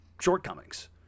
shortcomings